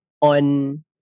on